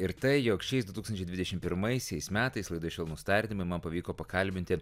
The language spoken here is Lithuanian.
ir tai jog šiais du tūkstančiai dvidešim pirmaisiais metais laidoje švelnūs tardymai man pavyko pakalbinti